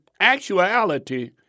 actuality